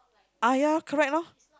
ah ya correct lor